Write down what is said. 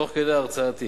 תוך כדי הרצאתי,